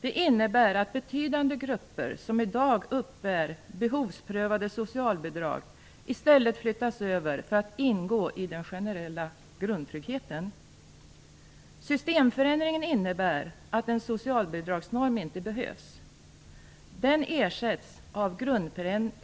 Det innebär att betydande grupper som i dag uppbär behovsprövade socialbidrag i stället flyttas över för att ingå i den generella grundtryggheten. Systemförändringen innebär att en socialbidragsnorm inte behövs.